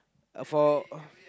uh for